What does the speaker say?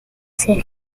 ser